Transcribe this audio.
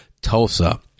Tulsa